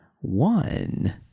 one